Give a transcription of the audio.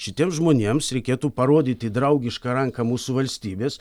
šitiems žmonėms reikėtų parodyti draugišką ranką mūsų valstybės